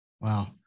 Wow